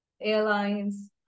airlines